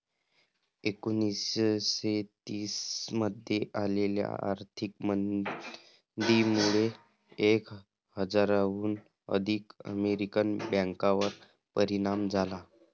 एकोणीसशे तीस मध्ये आलेल्या आर्थिक मंदीमुळे एक हजाराहून अधिक अमेरिकन बँकांवर परिणाम झाला